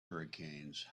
hurricanes